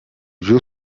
you